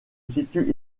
situe